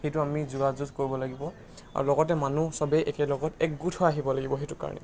সেইটো আমি যোগাযোগ কৰিব লাগিব আৰু লগতে মানুহ সবেই একেলগত একগোট হৈ আহিব লাগিব সেইটো কাৰণে